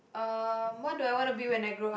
um what do I wanna be when I grow up